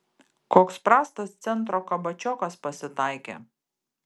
koks prastas centro kabačiokas pasitaikė